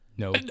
No